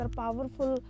powerful